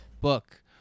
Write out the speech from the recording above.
book